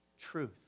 truth